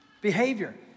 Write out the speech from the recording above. Behavior